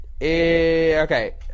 Okay